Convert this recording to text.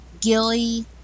Gilly